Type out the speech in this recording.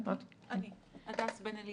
בחוקים הקודמים עבדנו בפינצטה,